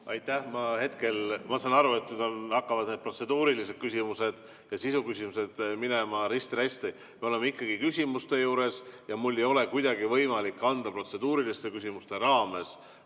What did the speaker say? Aitäh! Ma saan aru, et nüüd hakkavad need protseduurilised küsimused ja sisuküsimused minema risti-rästi. Me oleme ikkagi küsimuste juures ja mul ei ole kuidagi võimalik anda protseduuriliste küsimuste raames